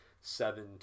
seven